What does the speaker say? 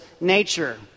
nature